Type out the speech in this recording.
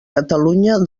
catalunya